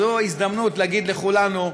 אז זו ההזדמנות להגיד לכולנו,